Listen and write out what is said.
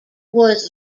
was